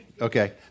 Okay